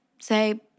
say